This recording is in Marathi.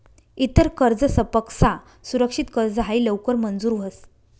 इतर कर्जसपक्सा सुरक्षित कर्ज हायी लवकर मंजूर व्हस